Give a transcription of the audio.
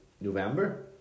November